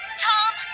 tom.